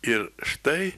ir štai